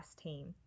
team